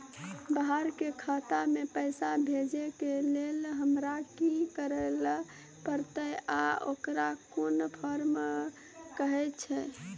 बाहर के खाता मे पैसा भेजै के लेल हमरा की करै ला परतै आ ओकरा कुन फॉर्म कहैय छै?